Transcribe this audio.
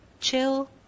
chill